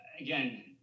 again